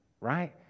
Right